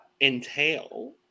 entail